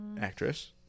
actress